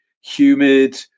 humid